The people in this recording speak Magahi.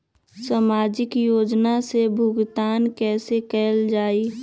सामाजिक योजना से भुगतान कैसे कयल जाई?